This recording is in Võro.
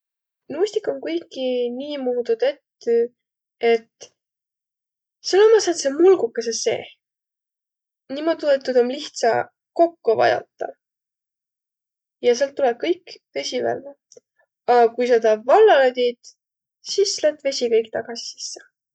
Nuustik om kuiki niimuudu tettü, et sääl ommaq sääntseq mulgukõsõq seeh. Niimoodu, et tuud om lihtsa kokko vajotaq. Ja säält tulõ kõik vesi vällä. A kui sa taa vallalõ tiit, sis lätt vesi kõik tagasi sisse.